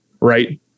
right